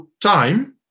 time